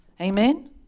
Amen